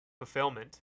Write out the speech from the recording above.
fulfillment